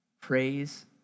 Praise